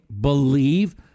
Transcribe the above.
believe